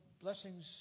blessings